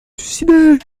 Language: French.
suicider